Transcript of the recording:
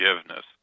forgiveness